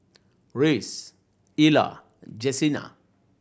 Reece Ella Jesenia